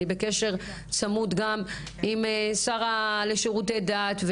אני בקשר צמוד גם עם השרה לשירותי דת,